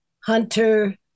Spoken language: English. Hunter